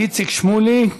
איציק שמולי.